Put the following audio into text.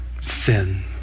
Sin